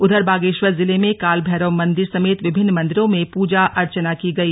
उधर बागेश्वर जिले में काल भैरव मंदिर समेत विभिन्न मंदिरों में पूजा अर्चना की गई